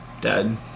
dead